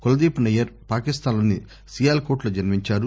కుల్దీప్ నయ్యర్ పాకిస్తాన్లోని సియాల్కోట్లో జన్మించారు